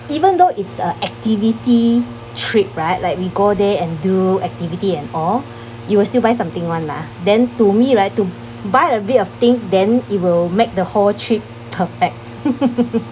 even though it's a activity trip right like we go there and do activity and all you will still buy something [one] lah then to me right to buy a bit of thing then it will make the whole trip perfect